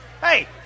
Hey